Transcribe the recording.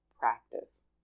practice